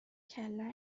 کله